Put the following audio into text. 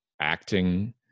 acting